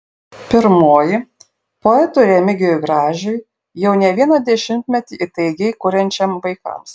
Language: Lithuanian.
pirmoji poetui remigijui gražiui jau ne vieną dešimtmetį įtaigiai kuriančiam vaikams